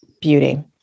Beauty